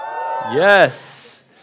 Yes